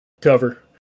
cover